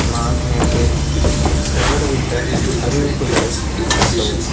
நான் நேற்று தவறவிட்ட அறிவிப்புகளைக் காட்டவும்